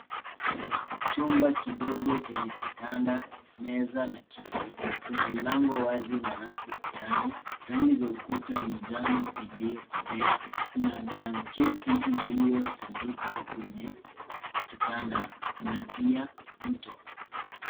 Chumba kidogo chenye kitanda, meza na kiti. Kuna mlango wazi na rafu ukutani. Rangi za ukuta ni manjano iliyokolea na blanketi iliyotandikwa kwenye kitanda na pia mto.